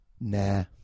Nah